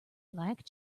like